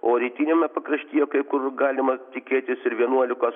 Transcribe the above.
o rytiniame pakraštyje kai kur galima tikėtis ir vienuolikos